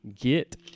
get